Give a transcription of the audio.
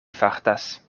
fartas